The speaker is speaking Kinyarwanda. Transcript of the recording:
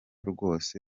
rwose